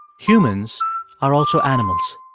humans are also animals.